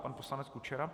Pan poslanec Kučera.